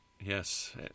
Yes